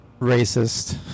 racist